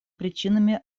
причинами